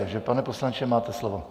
Takže pane poslanče, máte slovo.